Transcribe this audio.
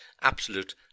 absolute